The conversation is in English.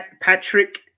Patrick